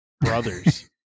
brothers